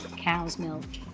cow's milk.